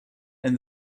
and